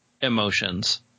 emotions